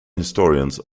historians